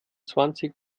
zwanzig